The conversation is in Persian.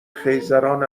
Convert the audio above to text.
خیزران